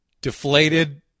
Deflated